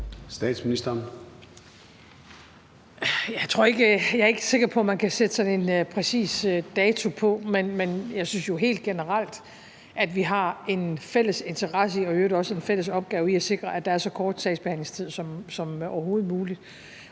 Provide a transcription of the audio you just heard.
Frederiksen): Jeg er ikke sikker på, at man kan sætte sådan en præcis dato på, men jeg synes jo helt generelt, at vi har en fælles interesse og i øvrigt også en fælles opgave i at sikre, at der er så kort sagsbehandlingstid som overhovedet muligt.